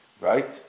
Right